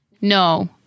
No